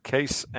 Case